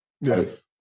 Yes